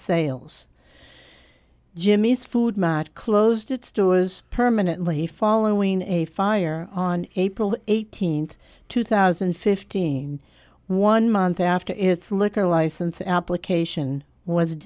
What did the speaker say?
sales jimmy's food matt closed its doors permanently following a fire on april eighteenth two thousand and fifteen one month after its liquor license application was